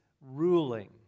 ruling